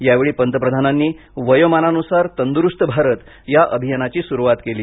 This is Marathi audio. या पंतप्रधानांनी वयोमानानुसार तंदुरुस्त भारत या अभियानाची सुरुवात केली